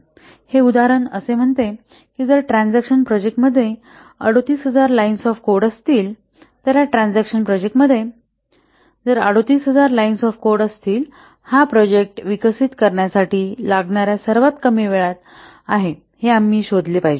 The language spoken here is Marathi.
हे उदाहरण असे म्हणतात की जर ट्रँझॅकशन प्रोजेक्ट मध्ये 38000 लाईन्स ऑफ कोड असतील तर या ट्रँझॅकशन प्रोजेक्ट मध्ये 38000 लाईन्स ऑफ कोड असतील हा प्रोजेक्ट विकसित करण्यासाठी लागणाऱ्या सर्वात कमी वेळात आहे हे आम्हाला शोधले पाहिजे